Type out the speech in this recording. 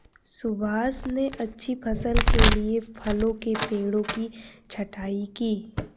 सुभाष ने अच्छी फसल के लिए फलों के पेड़ों की छंटाई की